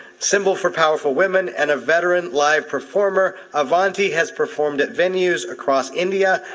symbol for powerful women and a veteran live performer, avanti has performed at venues across india,